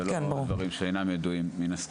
ולא דברים שאינם ידועים.